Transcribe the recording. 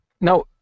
Now